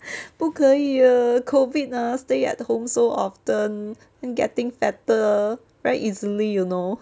不可以 err COVID ah stay at home so often I'm getting fatter very easily you know